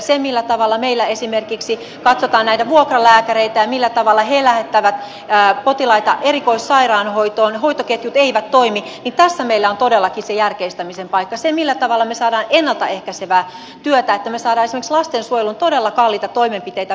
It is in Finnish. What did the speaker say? siinä millä tavalla meillä esimerkiksi katsotaan näitä vuokralääkäreitä ja millä tavalla he lähettävät potilaita erikoissairaanhoitoon hoitoketjut eivät toimi niin siinä meillä on todellakin se järkeistämisen paikka ja siinä millä tavalla me saamme ennalta ehkäisevää työtä että me saamme esimerkiksi lastensuojelun todella kalliita toimenpiteitä vähennettyä